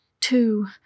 Two